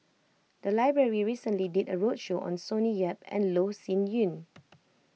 the library recently did a roadshow on Sonny Yap and Loh Sin Yun